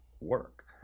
work